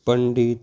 Pandit